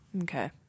Okay